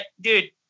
dude